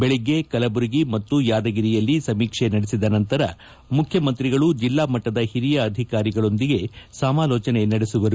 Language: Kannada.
ಬೆಳಿಗ್ಗೆ ಕಲಬುರಗಿ ಮತ್ತು ಯಾದಗಿರಿಯಲ್ಲಿ ಸಮೀಕ್ಷೆ ನಡೆಸಿದ ನಂತರ ಮುಖ್ಯಮಂತ್ರಿಗಳು ಜಿಲ್ಲಾ ಮಟ್ಟದ ಹಿರಿಯ ಅಧಿಕಾರಿಗಳೊಂದಿಗೆ ಸಮಾಲೋಚನೆ ನಡೆಸಲಿದ್ದಾರೆ